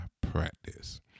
practice